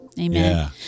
Amen